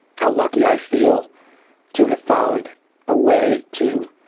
how lucky i feel to have found a way to